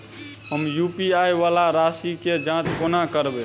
हम यु.पी.आई वला राशि केँ जाँच कोना करबै?